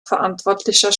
verantwortlicher